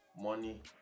money